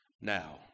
now